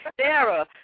Sarah